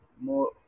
more